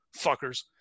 Fuckers